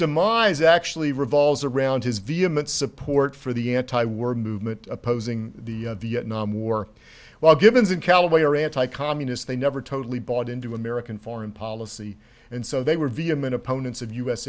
demise actually revolves around his vehement support for the anti war movement opposing the vietnam war while givens in callaway or anti communist they never totally bought into american foreign policy and so they were vehement opponents of u